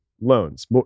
loans